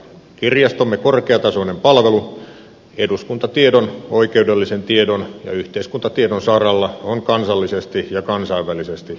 kirjastomme korkeatasoinen palvelu eduskuntatiedon oikeudellisen tiedon ja yhteiskuntatiedon saralla on kansallisesti ja kansainvälisesti arvostettua